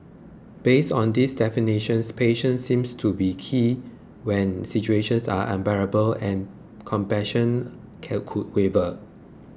based on these definitions patience seems to be key when situations are unbearable and passion could waver